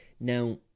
Now